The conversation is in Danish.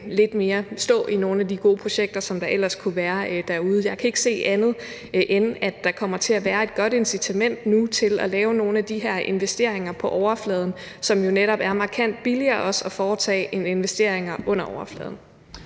med til at få nogle af de gode projekter, som der ellers kunne være derude, til at gå lidt mere i stå. Jeg kan ikke se andet, end at der kommer til at være et godt incitament nu til at lave nogle af de her investeringer i løsninger på overfladen, som jo netop er markant billigere at foretage end investeringer i løsninger under overfladen.